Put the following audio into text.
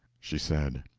she said.